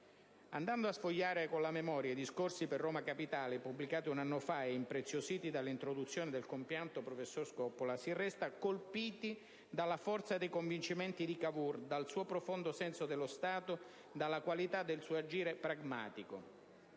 Andando a sfogliare con la memoria i discorsi per Roma Capitale, pubblicati un anno fa e impreziositi dall'introduzione del compianto professor Scoppola, si resta colpiti dalla forza dei convincimenti di Cavour, dal suo profondo senso dello Stato, dalla qualità del suo agire pragmatico.